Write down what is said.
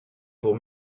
pour